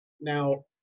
Now